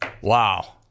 Wow